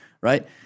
right